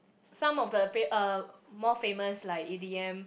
some of the fa~ uh more famous like E_D_M